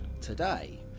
today